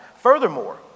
Furthermore